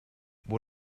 what